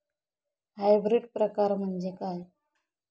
Hybrid प्रकार म्हणजे काय?